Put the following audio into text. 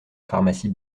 pharmacie